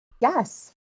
Yes